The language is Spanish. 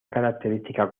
característica